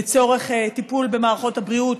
לצורך טיפול במערכות הבריאות,